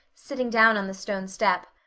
sitting down on the stone step.